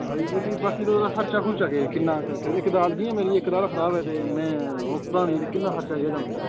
खरी ते फ्ही बाकी खर्चा खुर्चा केह् किन्ना इक दाढ़ जि'यां मेरी इक दाढ़ खराब ऐ ते मैं ओ भरानी ते किन्ना खर्चा आई जाह्गा मेरा